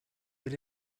but